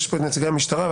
נמצאים פה נציגי המשטרה,